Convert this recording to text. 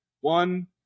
one